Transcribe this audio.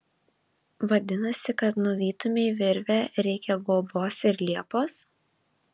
vadinasi kad nuvytumei virvę reikia guobos ir liepos